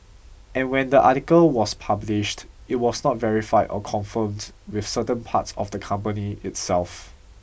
and when the article was published it was not verified or confirmed with certain parts of the company itself